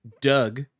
Doug